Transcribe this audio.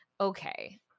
Okay